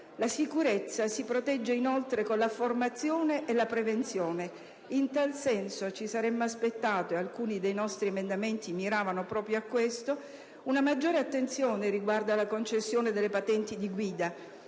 La sicurezza si protegge inoltre con la formazione e la prevenzione. In tal senso ci saremmo aspettati - alcuni dei nostri emendamenti miravano proprio a questo - una maggiore attenzione riguardo alla concessione delle patenti di guida;